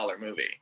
movie